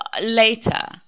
later